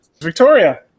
Victoria